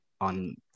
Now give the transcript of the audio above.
on